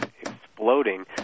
exploding